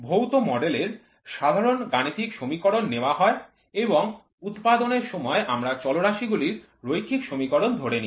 ভৌত মডেলের সাধারণ গাণিতিক সমীকরণ নেওয়া হয় এবং উৎপাদনের সময় আমরা চলরাশি গুলির রৈখিক সমীকরণ ধরে নিই